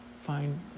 find